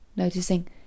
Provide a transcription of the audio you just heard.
Noticing